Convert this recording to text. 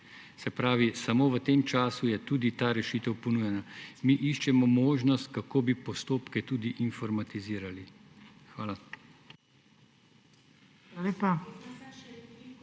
Se pravi, samo v tem času je tudi ta rešitev ponujena. Mi iščemo možnost, kako bi postopke tudi informatizirali. Hvala.